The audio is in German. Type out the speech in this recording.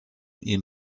ihm